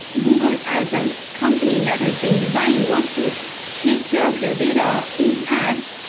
google as a company that has been designed wants to take care of your data in past,